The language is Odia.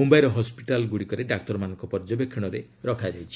ମୁଧ୍ୟାଇର ହସ୍କିଟାଲରେ ଡାକ୍ତରମାନଙ୍କ ପର୍ଯ୍ୟବେକ୍ଷଣରେ ରଖାଯାଇଛି